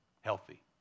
healthy